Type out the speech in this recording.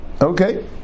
Okay